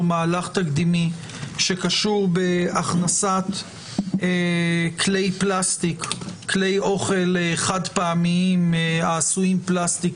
מהלך תקדימי שקשור בהכנסת כלי אוכל חד פעמיים העשויים פלסטיק